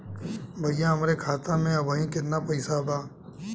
भईया हमरे खाता में अबहीं केतना पैसा बा?